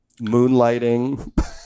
Moonlighting